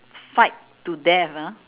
fight to death ah